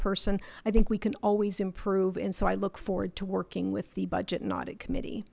person i think we can always improve and so i look forward to working with the budget and audit committee